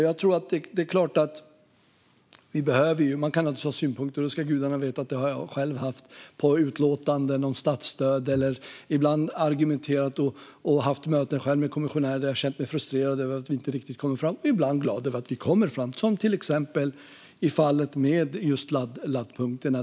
Man kan naturligtvis ha synpunkter på utlåtanden om statsstöd - gudarna ska veta att jag själv har haft det. Ibland har jag argumenterat med och haft möten med kommissionärer där jag har känt mig frustrerad över att vi inte riktigt kommer framåt. Ibland är jag glad över att vi kommer framåt, till exempel i fallet med just laddpunkterna.